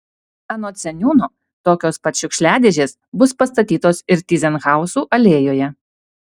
anot seniūno tokios pat šiukšliadėžės bus pastatytos ir tyzenhauzų alėjoje